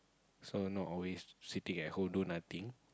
so not always sitting at home do nothing